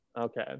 Okay